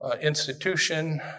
institution